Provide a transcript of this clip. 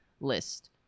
list